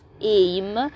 aim